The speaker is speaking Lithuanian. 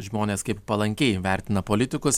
žmonės kaip palankiai vertina politikus